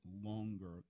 longer